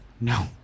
No